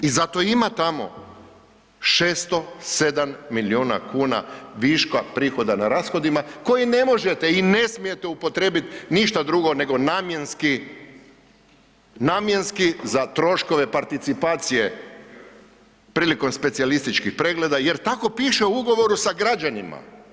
I zato ima tamo 607 milijuna viška prihoda na rashodima koji ne možete i ne smijete upotrijebit ništa drugo nego namjenski za troškove participacije prilikom specijalističkih pregleda jer tako piše u ugovoru sa građanima.